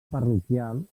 parroquial